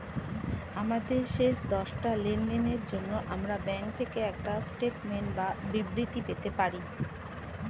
আমাদের শেষ দশটা লেনদেনের জন্য আমরা ব্যাংক থেকে একটা স্টেটমেন্ট বা বিবৃতি পেতে পারি